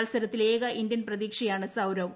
മത്സരത്തിലെ ഏക ഇന്ത്യൻ പ്രതീക്ഷയാണ് സൌരവ്